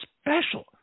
special